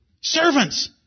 Servants